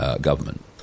government